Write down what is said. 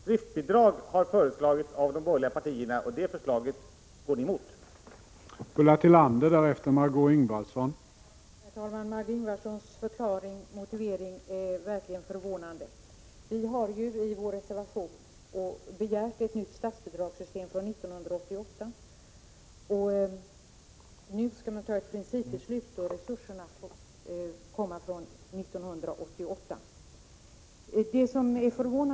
Driftsbidrag har föreslagits av de borgerliga partierna, och det förslaget går ni emot.